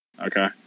Okay